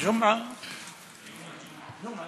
ג'מעה